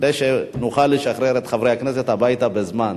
כדי שנוכל לשחרר את חברי הכנסת הביתה בזמן.